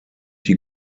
die